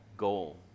goal